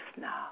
now